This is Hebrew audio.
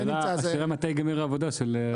השאלה מתי תיגמר העבודה של השנה הזאת.